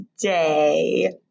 today